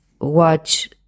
watch